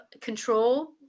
control